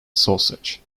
sausage